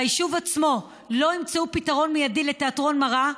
אם ביישוב עצמו לא ימצאו פתרון מיידי לתיאטרון מראה,